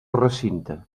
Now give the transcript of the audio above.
recinte